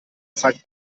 zeigt